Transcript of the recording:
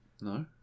no